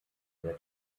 der